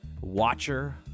watcher